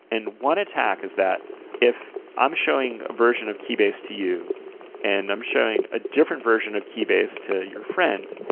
and one attack is that if i'm showing a version of keybase to you and i'm showing a different version of keybase to your friend,